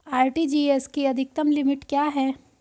RTGS की अधिकतम limit क्या है?